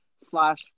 slash